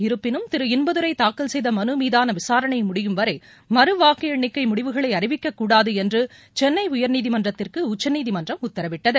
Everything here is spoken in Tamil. இருப்பினும் திரு இன்பதுரை தாக்கல் செய்த மனு மீதான விசாரணை முடியும் வரை மறு வாக்கு எண்ணிக்கை முடிவுகளை அறிவிக்கக்கூடாது என்று சென்னை உயர்நீதிமன்றத்துக்குஉச்சநீதிமன்றம் உத்தரவிட்டது